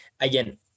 again